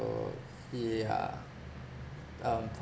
yeah um